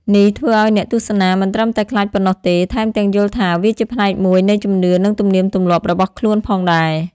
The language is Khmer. នេះធ្វើឲ្យអ្នកទស្សនាមិនត្រឹមតែខ្លាចប៉ុណ្ណោះទេ ថែមទាំងយល់ថាវាជាផ្នែកមួយនៃជំនឿនិងទំនៀមទម្លាប់របស់ខ្លួនផងដែរ។